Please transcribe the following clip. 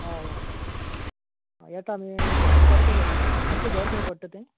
हय हय हय येता आमी सतरा तारखेर येतले तुमचें घर खंय पडटा तें